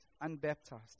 unbaptized